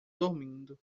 dormindo